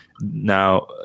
now